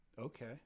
Okay